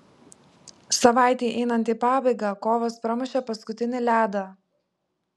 savaitei einant į pabaigą kovas pramušė paskutinį ledą